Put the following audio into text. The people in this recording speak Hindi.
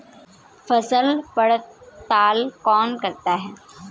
फसल पड़ताल कौन करता है?